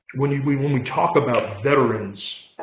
when we when we talk about veterans,